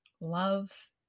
love